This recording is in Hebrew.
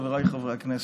חבריי חברי הכנסת,